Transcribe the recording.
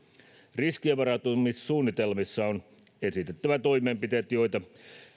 riskivarautumissuunnitelmissa on esitettävä toimenpiteet joita